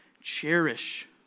Cherish